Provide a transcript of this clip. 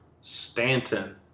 Stanton